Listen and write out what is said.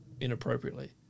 inappropriately